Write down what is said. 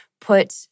put